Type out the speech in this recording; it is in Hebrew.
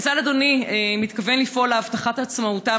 כיצד אדוני מתכוון לפעול להבטחת עצמאותם